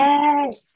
Yes